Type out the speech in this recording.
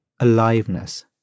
aliveness